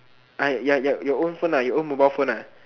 ya ya your own phone your own mobile phone lah